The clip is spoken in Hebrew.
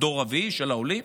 דור רביעי, עולים.